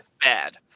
bad